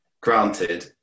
granted